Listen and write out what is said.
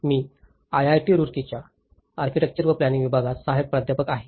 मी IIT रुड़कीच्या architecture आणि planning विभागात सहाय्यक प्राध्यापक आहे